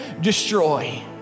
destroy